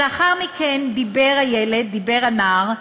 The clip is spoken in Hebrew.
לאחר מכן דיבר הילד, דיבר הנער,